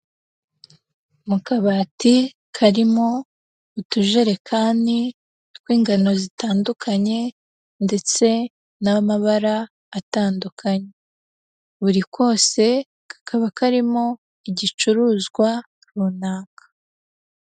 Mu kabati karimo utujerekani tw'ingano zitandukanye ndetse n'amabara atandukanye. Buri kose kakaba karimo igicuruzwa runaka.